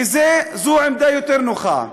כי זו עמדה יותר נוחה.